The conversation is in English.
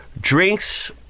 drinks